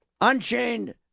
Unchained